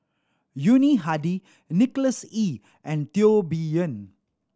Yuni Hadi Nicholas Ee and Teo Bee Yen